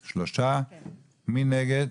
3. מי נגד?